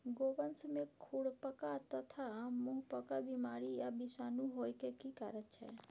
गोवंश में खुरपका तथा मुंहपका बीमारी आ विषाणु होय के की कारण छै?